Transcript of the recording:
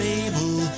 able